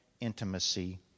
intimacy